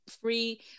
free